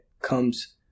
comes